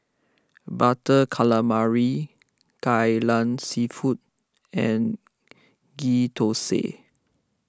Butter Calamari Kai Lan Seafood and Ghee Thosai